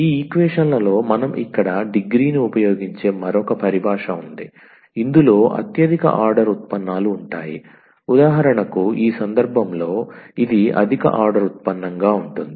ఈ ఈక్వేషన్ లలో మనం ఇక్కడ డిగ్రీని ఉపయోగించే మరొక పరిభాష ఉంది ఇందులో అత్యధిక ఆర్డర్ ఉత్పన్నాలు ఉంటాయి ఉదాహరణకు ఈ సందర్భంలో ఇది అధిక ఆర్డర్ ఉత్పన్నం గా ఉంటుంది